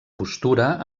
postura